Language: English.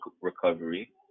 recovery